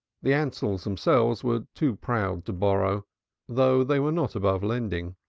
the ansells themselves were too proud to borrow though they were not above lending.